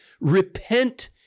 Repent